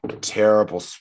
terrible